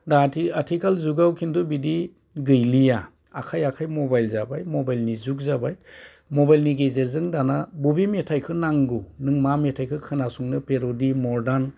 दादि आथिखाल जुगाव खिन्थु बिदि गैलिया आखाइ आखाइ मबाइल जाबाय मबाइलनि जुग जाबाय मबाइलनि गेजेरजों दाना बबे मेथाइखौ नांगौ नों मा मेथाइखौ खोनासंनो पेरट'डि मडार्न